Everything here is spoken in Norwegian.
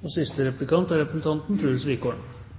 Det er